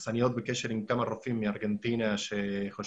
אני עוד בקשר עם כמה רופאים מארגנטינה שחושבים